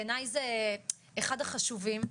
בעיניי זה אחד החשובים.